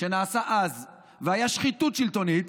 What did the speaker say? שנעשה אז והיה שחיתות שלטונית,